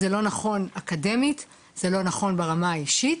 זה לא נכון אקדמית וזה לא נכון ברמה האישית.